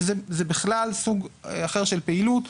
זה בכלל סוג אחר של פעילות.